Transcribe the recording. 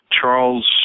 Charles